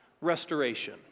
restoration